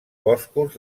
boscos